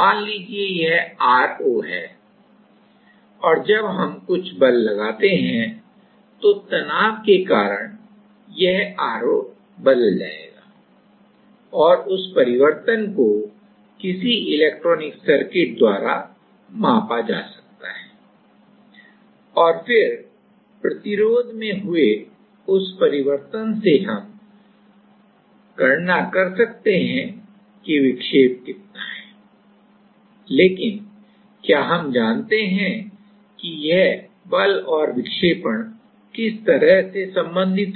मान लीजिए यह r0 है और जब हम कुछ बल लगाते हैं तो तनाव के कारण यह r0 बदल जाएगा और उस परिवर्तन को किसी इलेक्ट्रॉनिक सर्किट द्वारा मापा जा सकता है और फिर प्रतिरोध में हुए उस परिवर्तन से हम गणना कर सकते हैं कि विक्षेप कितना है लेकिन क्या हम जानते हैं कि यह बल और विक्षेपण किस तरह से संबंधित है